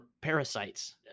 parasites